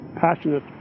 passionate